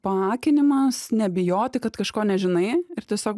paakinimas nebijoti kad kažko nežinai ir tiesiog